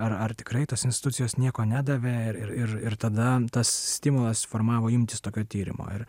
ar ar tikrai tos institucijos nieko nedavė ir ir ir tada tas stimulas suformavo imtis tokio tyrimo ir